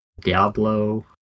Diablo